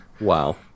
Wow